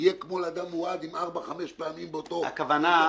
יהיה כמו לבן אדם מועד עם ארבע חמש פעמים באותו חודש,